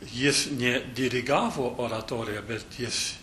jis ne dirigavo oratoriją bet jis